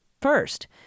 First